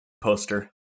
poster